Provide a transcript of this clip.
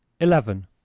Eleven